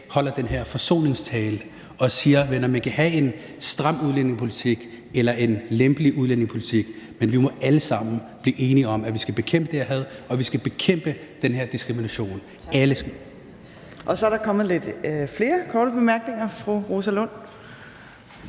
holder den her forsoningstale og siger: Venner, man kan have en stram udlændingepolitik eller en lempelig udlændingepolitik, men vi må alle sammen blive enige om, at vi skal bekæmpe det her had og vi skal bekæmpe den her diskrimination. Det gælder alle. Kl. 22:33 Tredje næstformand